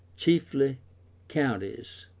chiefly counties